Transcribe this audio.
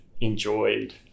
enjoyed